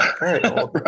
Right